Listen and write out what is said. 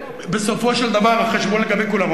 בסופו של דבר החשבון הוא לגבי כולם,